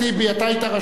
מתי תוקפים?